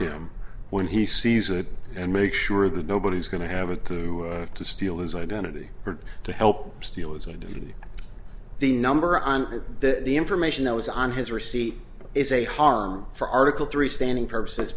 him when he sees it and make sure that nobody is going to have a clue to steal his identity or to help steal is going to be the number on the information that was on his receipt is a harm for article three standing purposes